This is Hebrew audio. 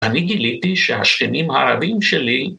‫אני גיליתי שהשכנים הערבים שלי...